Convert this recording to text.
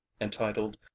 entitled